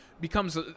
becomes